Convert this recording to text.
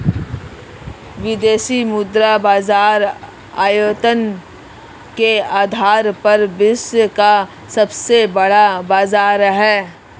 विदेशी मुद्रा बाजार आयतन के आधार पर विश्व का सबसे बड़ा बाज़ार है